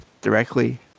directly